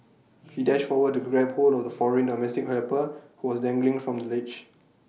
he dashed forward to grab hold of the foreign domestic helper who was dangling from the ledge